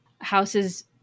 Houses